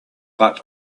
but